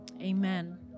Amen